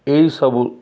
ଏଇସବୁ